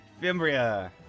Fimbria